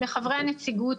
לחברי הנציגות,